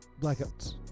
Blackouts